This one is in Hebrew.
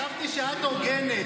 חשבתי שאת הוגנת,